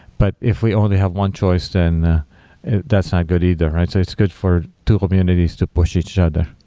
but if we only have one choice, then that's not good either. so it's good for two communities to push each other.